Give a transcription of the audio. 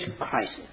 crisis